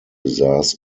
besaß